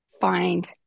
find